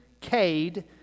Cade